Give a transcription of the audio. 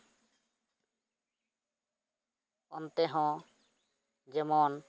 ᱚᱱᱛᱮ ᱦᱚᱸ ᱡᱮᱢᱚᱱ